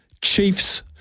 Chiefs